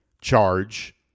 charge